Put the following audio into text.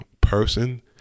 person